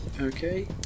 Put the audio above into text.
okay